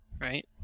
right